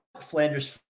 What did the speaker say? Flanders